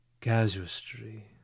casuistry